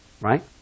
Right